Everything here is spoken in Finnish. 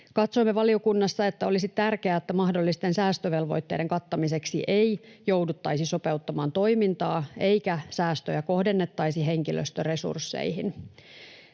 Katsoimme valiokunnassa, että olisi tärkeää, että mahdollisten säästövelvoitteiden kattamiseksi ei jouduttaisi sopeuttamaan toimintaa eikä säästöjä kohdennettaisi henkilöstöresursseihin.